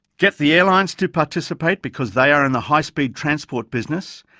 get the airlines to participate because they are in the high speed transport business,